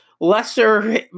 lesser